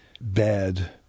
bad